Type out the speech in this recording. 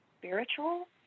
spiritual